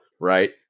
right